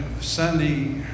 Sunday